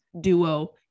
duo